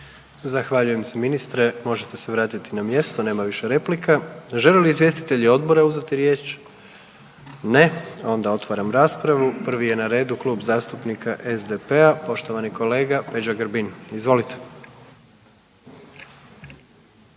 Zahvaljujem ministre, možete se vratiti na mjesto, nema više replika. Žele li izvjestitelji odbora uzeti riječ? Ne, onda otvaram raspravu. Prvi je na redu Klub zastupnika SDP-a, poštovani kolega Peđa Grbin. Izvolite.